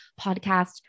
podcast